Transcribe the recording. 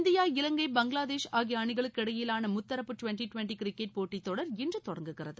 India Ilangai Bangladesh ஆகிய அணிகளுக்கு இடையிலான முத்தரப்பு டுவெண்டி டுவெண்டி கிரிக்கெட் போட்டித் தொடர் இன்று தொடங்குகிறது